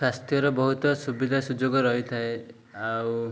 ସ୍ୱାସ୍ଥ୍ୟର ବହୁତ ସୁବିଧା ସୁଯୋଗ ରହିଥାଏ ଆଉ